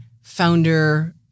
founder